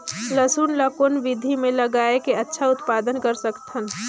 लसुन ल कौन विधि मे लगाय के अच्छा उत्पादन कर सकत हन?